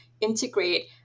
integrate